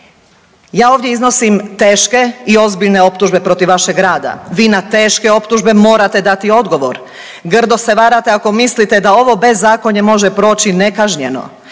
Ja ovdje iznosim teške i ozbiljne optužbe protiv vašeg rada, vi na teške optužbe morate dati odgovor. Grdo se varate ako mislite da ovo bezakonje može proći nekažnjeno.